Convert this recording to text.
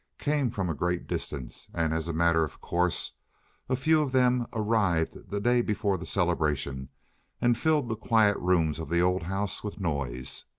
came from a great distance, and as a matter of course a few of them arrived the day before the celebration and filled the quiet rooms of the old house with noise.